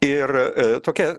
ir tokia